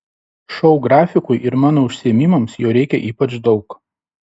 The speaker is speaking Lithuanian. šou grafikui ir mano užsiėmimams jo reikia ypač daug